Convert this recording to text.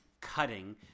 cutting